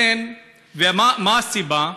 ומה הסיבה?